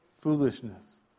foolishness